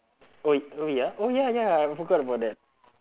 oh oh ya oh ya ya I forgot about that